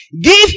give